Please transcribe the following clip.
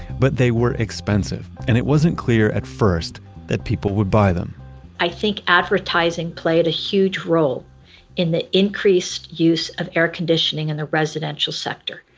but they were expensive and it wasn't clear at first that people would buy them i think advertising played a huge role in the increased use of air conditioning in the residential sector.